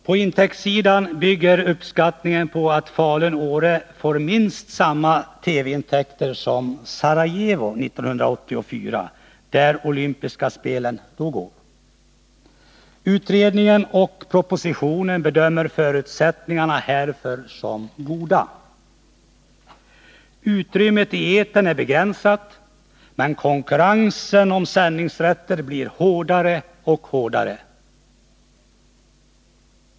Uppskattningen av inkomsterna bygger på att Falun och Åre får minst samma TV-intäkter som Sarajevo 1984, där de olympiska vinterspelen då går. Utredningen och propositionen bedömer förutsättningarna härför som goda. Utrymmet i etern är begränsat, men konkurrensen om sändningsrätter blir allt hårdare.